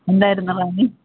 എന്തായിരുന്നു പാനി